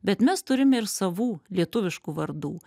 bet mes turime ir savų lietuviškų vardų